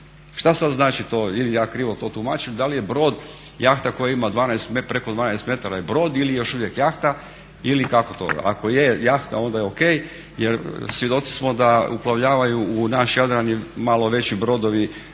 Šta sad znači to ili ja krivo to tumačim, da li je brod jahta koja ima preko 12 metara je brod ili još uvijek jahta ili kako to. Ako je jahta onda je ok jer svjedoci smo da uplovljavaju u naš Jadran i malo veći brodovi